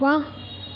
ವಾಹ್